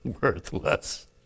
worthless